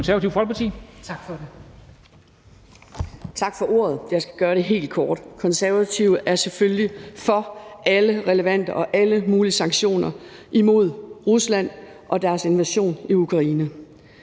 Mona Juul (KF): Tak for ordet. Jeg skal gøre det helt kort. Konservative er selvfølgelig for alle relevante og alle mulige sanktioner imod Rusland og deres invasion i Ukraine.